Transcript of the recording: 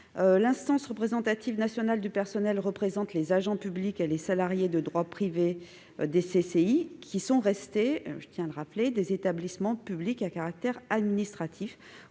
L'instance représentative nationale du personnel représente les agents publics et les salariés de droit privé des CCI, lesquelles sont restées, je tiens à le rappeler, des établissements publics à caractère administratif.